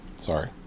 Sorry